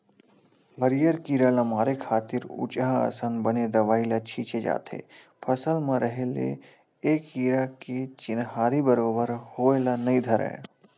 हरियर कीरा ल मारे खातिर उचहाँ असन बने दवई ल छींचे जाथे फसल म रहें ले ए कीरा के चिन्हारी बरोबर होय ल नइ धरय